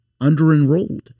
under-enrolled